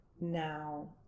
Now